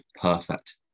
perfect